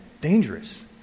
dangerous